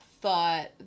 thought